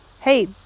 hey